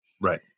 right